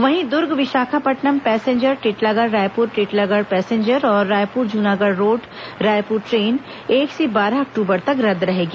वहीं Durg Visakhapatnam passenger Titlagarh Raipur Titlagarh passenger और Raipur Junagarh road Raipur train एक से बारह अक्टूबर तक रद्द रहेगी